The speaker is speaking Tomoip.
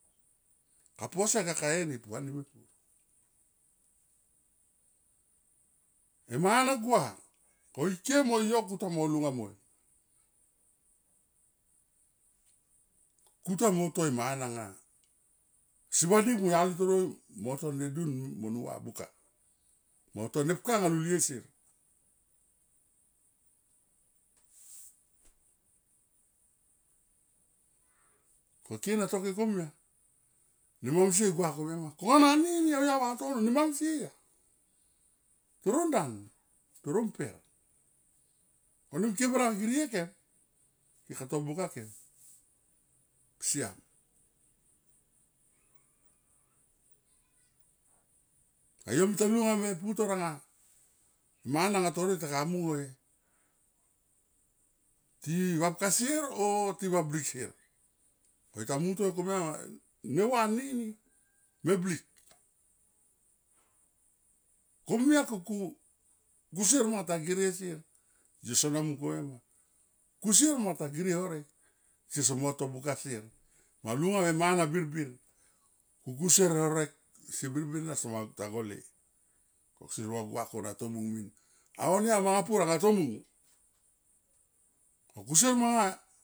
Ka pua si kaka e ni pua ni mepur e mangana gua ko ike mo yo kuta mo lunga moi kuta mo to e mana nga asi vadik moyali toro mo to nedun mon nu va buka mo to nepka luliesier ko kena to ke komia ne mam sia komia kona anini au ya vatono ne masie ya toron dan toron mper konim ke bara gire kem, kem ka to buka kem siam. Ka yo mita lunga me putor anga mana nga torek taga mungoi ti vapka sier oti vablik sier ko yo ta mun toi komia ma me va nini me blik komia ku, ku kusier manga ta gire sier yo sona mung komia ma kusier manga ta gire horek se somo to buka sier malunga me mana birbir ku kusier horek se birbir ena ta gole ko kusier ro gua kona tomung min onia manga pur tomung ko kusier manga.